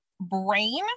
brain